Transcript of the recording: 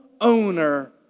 owner